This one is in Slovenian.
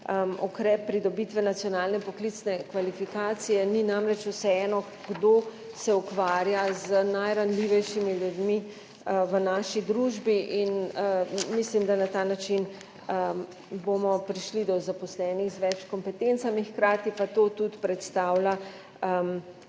ukrep pridobitve nacionalne poklicne kvalifikacije. Ni namreč vseeno, kdo se ukvarja z najranljivejšimi ljudmi v naši družbi. Mislim, da bomo na ta način prišli do zaposlenih z več kompetencami, hkrati pa to lahko predstavlja